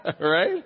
Right